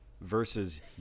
versus